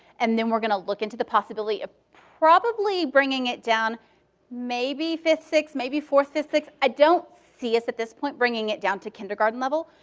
and then we're going to look into the possibility of probably bringing it down maybe fifth, sixth. maybe fourth, fifth, sixth. i don't see us at this point bringing it down to kindergarten level,